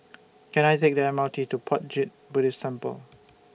Can I Take The M R T to Puat Jit Buddhist Temple